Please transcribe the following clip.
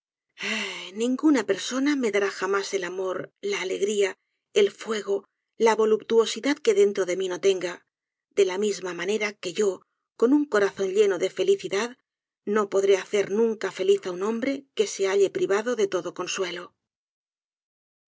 ninguna persona me dará jamás el amor la alegría el fuego la voluptuosidad que dentro de mi no tenga de la misma manera que yo con un corazón lleno de felicidad no podré hacer nunca feliz á un hombre que se halle privado de todo consuelo